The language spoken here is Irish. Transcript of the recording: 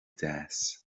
deas